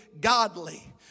Godly